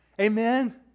Amen